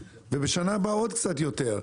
ובשנה הבאה עוד קצת יותר.